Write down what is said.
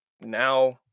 now